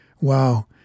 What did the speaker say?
Wow